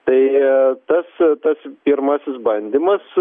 tai tas tas pirmasis bandymas